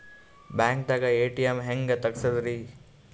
ಬ್ಯಾಂಕ್ದಾಗ ಎ.ಟಿ.ಎಂ ಹೆಂಗ್ ತಗಸದ್ರಿ?